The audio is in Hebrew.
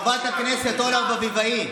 חברת הכנסת אורנה ברביבאי,